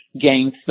gain